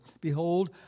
Behold